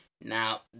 Now